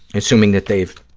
assuming that they've,